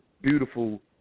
beautiful